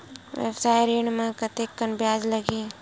व्यवसाय ऋण म कतेकन ब्याज लगही?